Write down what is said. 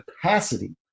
capacity